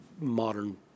modern